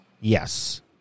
Yes